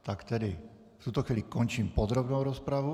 Tak tedy v tuto chvíli končím podrobnou rozpravu.